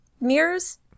mirrors